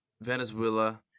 Venezuela